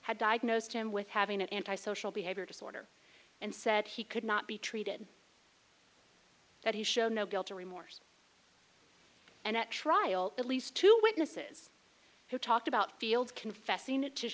had diagnosed him with having an antisocial behavior disorder and said he could not be treated that he showed no guilt or remorse and at trial at least two witnesses who talked about fields confessing it just